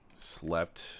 slept